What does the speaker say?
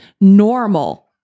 normal